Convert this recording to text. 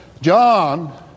John